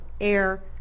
air